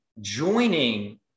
joining